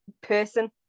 person